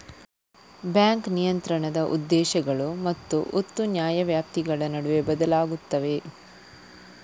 bank ನಿಯಂತ್ರಣದ ಉದ್ದೇಶಗಳು ಮತ್ತು ಒತ್ತು ನ್ಯಾಯವ್ಯಾಪ್ತಿಗಳ ನಡುವೆ ಬದಲಾಗುತ್ತವೆ